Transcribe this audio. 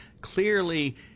clearly